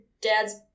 dad's